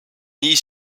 nii